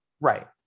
Right